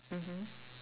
mmhmm